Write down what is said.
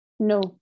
No